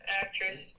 Actress